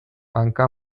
hanka